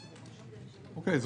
אז הם גם הסתירו את זה?